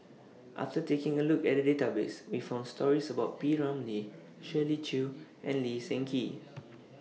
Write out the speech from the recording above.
after taking A Look At The Database We found stories about P Ramlee Shirley Chew and Lee Seng Gee